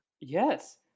Yes